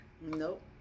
Nope